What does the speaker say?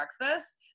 breakfast